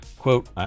Quote